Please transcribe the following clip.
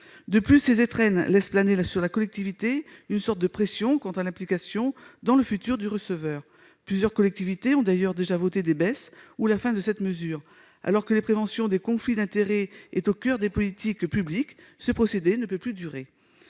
De plus, ces « étrennes » laissent planer sur la collectivité une sorte de pression quant à l'implication, dans le futur, du receveur. Plusieurs collectivités ont d'ailleurs déjà voté des baisses ou la fin de cette mesure. Alors que la prévention des conflits d'intérêts est au coeur des politiques publiques, ce procédé ne peut plus durer.